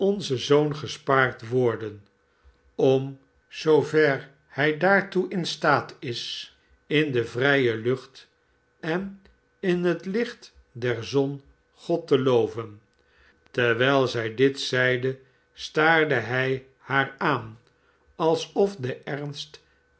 onze zoon gespaard worden om zoover hij daartoe in staat is in de vrije lucht en in het licht der zon god teloven terwijl zij dit zeide staarde hij haar aan alsof de ernst